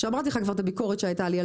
שאמרתי לך כבר את הביקורת שהייתה לי על